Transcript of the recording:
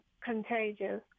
contagious